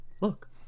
look